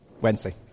Wednesday